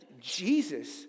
Jesus